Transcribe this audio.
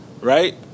Right